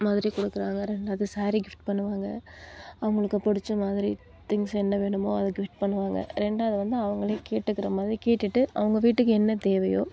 மாதிரி கொடுக்குறாங்க ரெண்டாவது சேரி கிஃப்ட் பண்ணுவாங்க அவங்களுக்கு புடிச்ச மாதிரி திங்ஸ் என்ன வேணுமோ அது கிஃப்ட் பண்ணுவாங்க ரெண்டாவது வந்து அவங்களே கேட்டுக்குற மாதிரி கேட்டுட்டு அவங்க வீட்டுக்கு என்ன தேவையோ